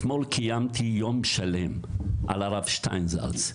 אתמול קיימתי יום שלם על הרב שטיינזלץ באוניברסיטה.